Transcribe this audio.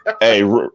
Hey